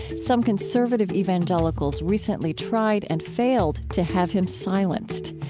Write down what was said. some conservative evangelicals recently tried and failed to have him silenced.